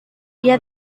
dia